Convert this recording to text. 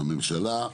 הממשלה.